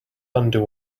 undo